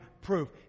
proof